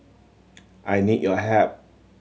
I need your help